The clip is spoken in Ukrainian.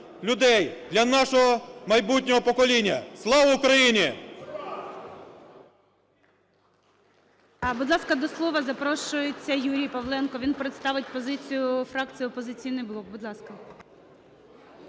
для нашого майбутнього покоління. Слава Україні!